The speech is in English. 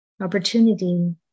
opportunity